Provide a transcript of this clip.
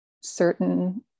certain